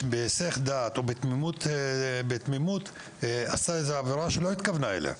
שבהיסח הדעת או בתמימות עשתה איזה עבירה שהיא לא התכוונה אליה,